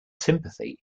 sympathy